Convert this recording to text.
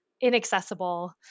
inaccessible